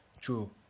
True